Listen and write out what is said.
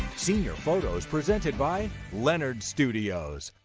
senior photos presented by leonard studios.